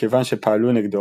מכיוון שפעלו נגדו,